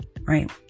right